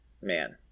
man